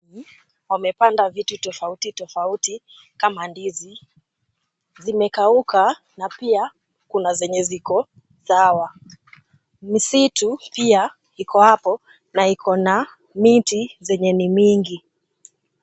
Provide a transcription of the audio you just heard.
Wamepanda vitu tofauti tofauti kama ndizi. Zimekauka na pia kuna zenye ziko sawa. Misitu pia iko hapo na iko na miti zenye ni mingi.